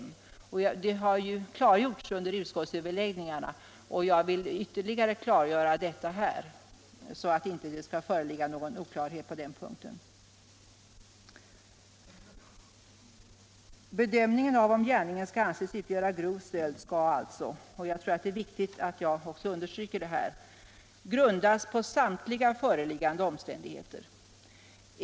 Detta har också klargjorts under utskottets överläggningar, men jag vill poängtera det också här, så att det sedan inte råder någon oklarhet på den punkten. Bedömningen av om gärningen skall rubriceras som grov stöld skall alltså — och det tror jag är viktigt att understryka här — grundas på samtliga föreliggande omständigheter.